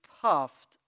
puffed